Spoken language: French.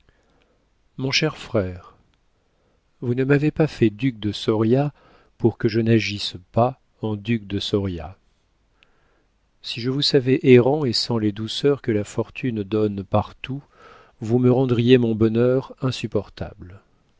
mon cher frère vous ne m'avez pas fait duc de soria pour que je n'agisse pas en duc de soria si je vous savais errant et sans les douceurs que la fortune donne partout vous me rendriez mon bonheur insupportable